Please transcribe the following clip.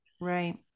Right